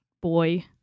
boy